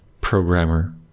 programmer